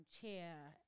chair